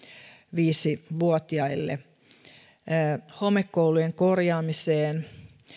viisi vuotiaille homekoulujen korjaamiseen